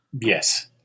Yes